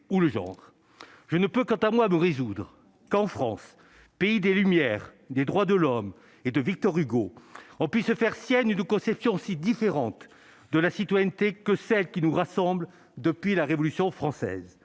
ou le genre, je ne peux quant à moi, vous résoudre et qu'en France, pays des lumières, des droits de l'homme et de Victor Hugo, on puisse faire sienne une conception si différente de la citoyenneté que celles qui nous rassemble, depuis la Révolution française,